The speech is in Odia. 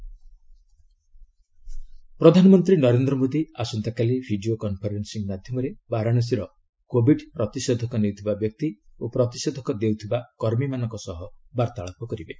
ପିଏମ୍ ଭାକୁିନେସନ୍ ପ୍ରଧାନମନ୍ତ୍ରୀ ନରେନ୍ଦ୍ର ମୋଦୀ ଆସନ୍ତାକାଲି ଭିଡ଼ିଓ କନ୍ଫରେନ୍ସିଂ ମାଧ୍ୟମରେ ବାରାଣସୀର କୋବିଡ୍ ପ୍ରତିଷେଧକ ନେଉଥିବା ବ୍ୟକ୍ତି ଓ ପ୍ରତିଷେଧକ ଦେଉଥିବା କର୍ମୀମାନଙ୍କ ସହ ବାର୍ତ୍ତାଳାପ କରିବେ